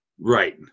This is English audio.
Right